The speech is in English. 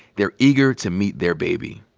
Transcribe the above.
they're eager to meet their baby.